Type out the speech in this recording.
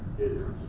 is